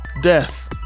death